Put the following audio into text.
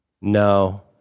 No